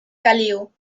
caliu